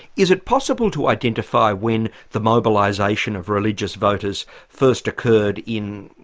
is it possible to identify when the mobilisation of religious voters first occurred in,